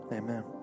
amen